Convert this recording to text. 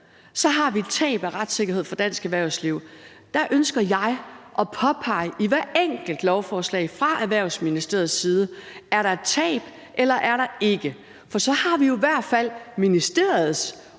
år, har vi et tab af retssikkerhed for dansk erhvervsliv, og der ønsker jeg at påpege i hvert enkelt lovforslag fra Erhvervsministeriets side, om der er et tab, eller om der ikke er. For så har vi jo i hvert fald ministeriets ord